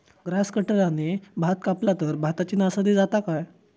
Grass कटराने भात कपला तर भाताची नाशादी जाता काय?